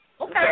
Okay